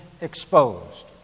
exposed